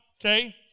Okay